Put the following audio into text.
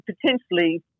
potentially